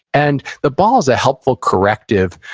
and the ball is a helpful corrective,